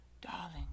darling